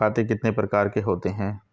खाते कितने प्रकार के होते हैं?